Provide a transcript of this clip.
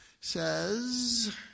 says